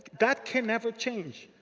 that can never change.